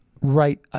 right